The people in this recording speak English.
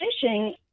fishing